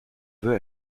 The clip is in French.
veux